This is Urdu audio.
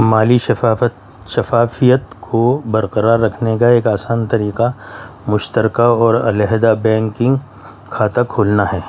مالی شفافت شفافیت کو برقرار رکھنے کا ایک آسان طریقہ مشترکہ اور علیحدہ بینکنگ کھاتا کھولنا ہے